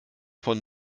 von